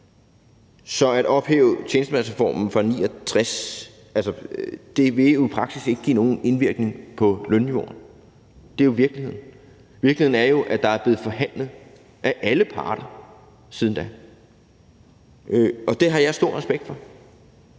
Så at ophæve tjenestemandsreformen fra 1969 vil jo i praksis ikke have nogen virkning på lønniveauet. Det er virkeligheden. Virkeligheden er jo, at der er blevet forhandlet af alle parter siden da, og det har jeg stor respekt for.